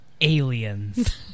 Aliens